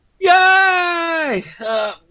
Yay